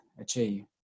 achieve